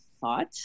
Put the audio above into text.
thought